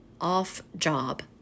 off-job